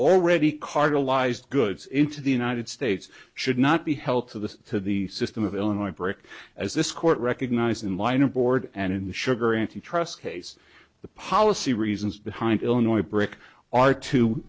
ally's goods into the united states should not be held to the to the system of illinois break as this court recognized in line aboard and in the sugar into trusts case the policy reasons behind illinois brick are to